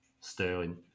Sterling